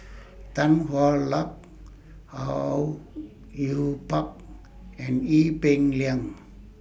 Tan Hwa Luck Au Yue Pak and Ee Peng Liang